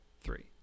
three